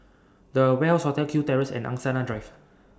The Ware Hotel Kew Terrace and Angsana Drive